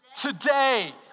today